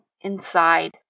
inside